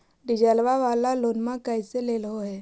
डीजलवा वाला लोनवा कैसे लेलहो हे?